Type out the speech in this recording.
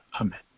Amen